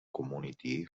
community